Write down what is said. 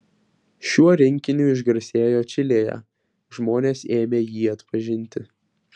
šiuo rinkiniu išgarsėjo čilėje žmonės ėmė jį atpažinti